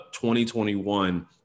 2021